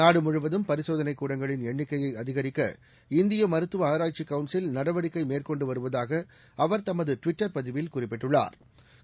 நாடு முழுவதும் பரிசோதனை கூடங்களின் எண்ணிக்கையை அதிகரிக்க இந்திய மருத்துவ ஆராய்ச்சிக் கவுன்சில் நடவடிக்கை மேற்கொண்டு வருவதாக அவர் தமது டுவிட்டர் பதிவில் குறிப்பிட்டுள்ளா்